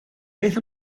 beth